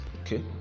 Okay